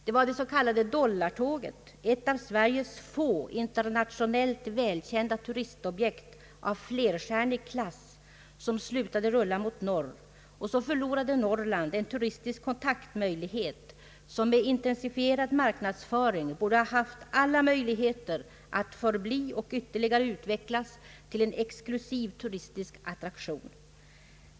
Det var det s.k. dollartåget, ett av Sveriges få internationellt välkända turistobjekt av flerstjärnig klass, som slutade rulla mot norr — och så förlorade Norrland en turistisk kontaktmöjlighet som med intensifierad marknadsföring borde ha haft alla möjligheter att förbli och yt terligare utvecklas till en exklusiv turistisk attraktion.